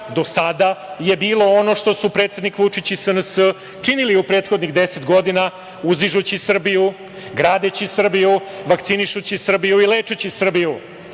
do sada je bilo ono što su predsednik Vučić i SNS činili u prethodnih deset godina uzdižući Srbiju, gradeći Srbiju, vakcinišući Srbiju i lečeći Srbiju. Još